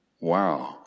wow